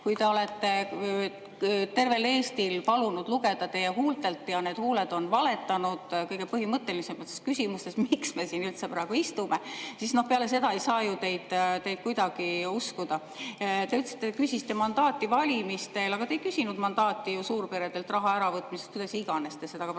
kui te olete tervel Eestil palunud lugeda teie huultelt, aga need huuled on valetanud kõige põhimõttelisemates küsimustes, miks me siin üldse praegu istume, siis peale seda ei saa ju teid kuidagi uskuda. Te ütlesite, et te küsisite mandaati valimistel. Aga te ei küsinud mandaati ju suurperedelt raha äravõtmiseks, kuidas iganes te seda praegu